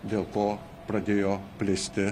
dėl ko pradėjo plisti